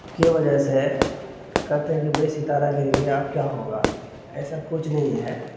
کے وجہ سے کہتے ہیں کہ بھائی ستارہ گر گیا اب کیا ہوگا ایسا کچھ نہیں ہے